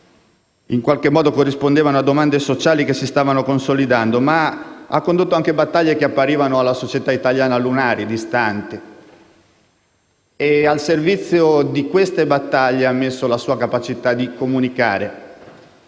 in qualche modo corrispondevano a domande sociali che si stavano consolidando, ma ha condotto anche battaglie che apparivano alla società italiana lunari e distanti. Al servizio di queste battaglie egli ha messo la sua capacità di comunicare,